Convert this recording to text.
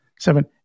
Seven